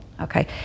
Okay